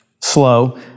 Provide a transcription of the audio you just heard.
slow